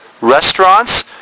restaurants